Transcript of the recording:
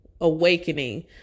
awakening